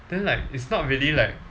then like it's not really like